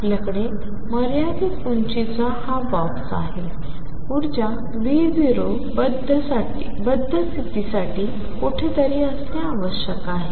आपल्याकडे मर्यादित उंचीचा हा बॉक्स आहे ऊर्जा V0बद्धस्थितीसाठी कुठेतरी असणे आवश्यक आहे